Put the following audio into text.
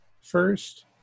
first